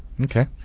Okay